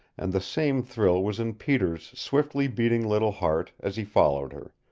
and the same thrill was in peter's swiftly beating little heart as he followed her.